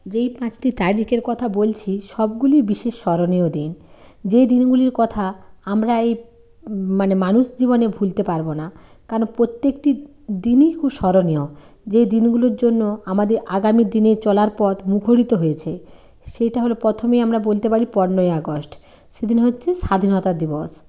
যেই পাঁচটি তারিখের কথা বলছি সবগুলিই বিশেষ স্মরণীয় দিন যেই দিনগুলির কথা আমরা এই মানে মানুষ জীবনে ভুলতে পারব না কেন প্রত্যেকটি দিনই খুব স্মরণীয় যেই দিনগুলোর জন্য আমাদের আগামী দিনে চলার পথ মুখরিত হয়েছে সেইটা হল প্রথমেই আমরা বলতে পারি পনেরোই আগস্ট সেদিন হচ্ছে স্বাধীনতা দিবস